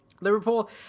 ...Liverpool